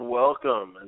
welcome